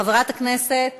חברת הכנסת